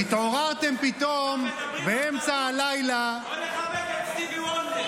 מה הוא מבין בתלמוד?